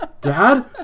Dad